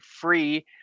free